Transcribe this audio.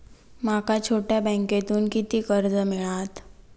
माका छोट्या बँकेतून किती कर्ज मिळात?